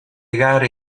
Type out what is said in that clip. gare